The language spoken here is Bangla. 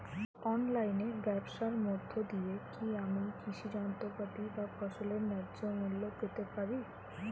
অনলাইনে ব্যাবসার মধ্য দিয়ে কী আমি কৃষি যন্ত্রপাতি বা ফসলের ন্যায্য মূল্য পেতে পারি?